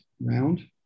round